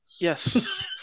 Yes